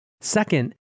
Second